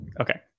okay